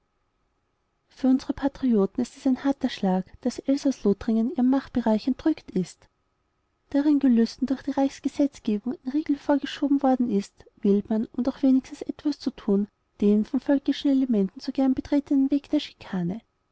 für unsere patrioten ist es ein harter schlag daß elsaß-lothringen ihrem machtbereich entrückt ist da ihren gelüsten durch die reichsgesetzgebung ein riegel vorgeschoben worden ist wählt man um doch wenigstens etwas zu tun den von völkischen elementen so gern betretenen weg der schikane